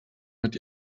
mit